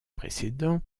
précédents